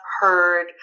heard